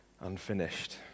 Unfinished